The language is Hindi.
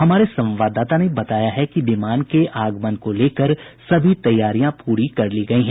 हमारे संवाददाता ने बताया है कि विमान के आगमन को लेकर सभी तैयारियां पूरी कर ली गयी हैं